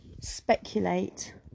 speculate